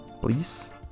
please